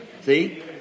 See